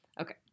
Okay